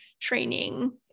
training